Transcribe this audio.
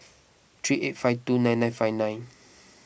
three eight five two nine nine five nine